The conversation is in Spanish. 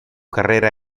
carrera